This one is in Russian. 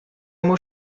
ему